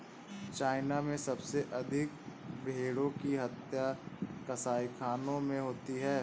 China में सबसे अधिक भेंड़ों की हत्या कसाईखानों में होती है